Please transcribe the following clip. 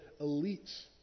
elites